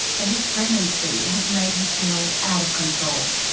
and this pregnancy has made her feel out of control.